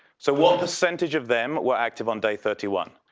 so what percentage of them were active on day thirty one,